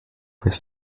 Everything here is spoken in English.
his